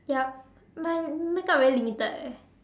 yup my makeup very limited eh